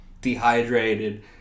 dehydrated